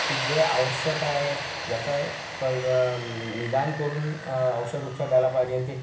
की जे आवश्यक आहे त्याचं निदान करून औषध उपचार द्यायला पाहिजेत ते